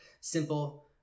simple